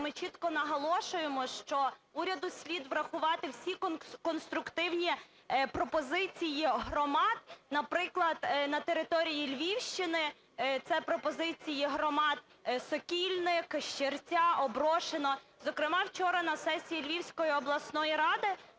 ми чітко наголошуємо, що уряду слід врахувати всі конструктивні пропозиції громад. Наприклад, на території Львівщини це пропозиції громад Сокільники, Щирця, Оброшино. Зокрема вчора на сесії Львівської обласної ради